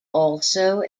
also